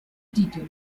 titolo